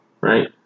Right